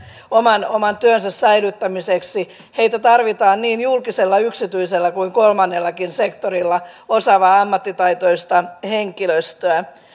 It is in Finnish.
oman oman työnsä säilyttämiseksi heitä tarvitaan niin julkisella yksityisellä kuin kolmannellakin sektorilla osaavaa ammattitaitoista henkilöstöä